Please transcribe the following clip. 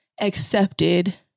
accepted